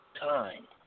time